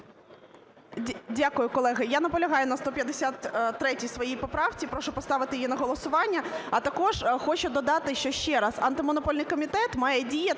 Дякую. Колеги, я наполягаю на 153 своїй поправці, прошу поставити її на голосування. А також хочу додати, що, ще раз, Антимонопольний комітет має діяти